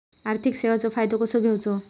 आर्थिक सेवाचो फायदो कसो घेवचो?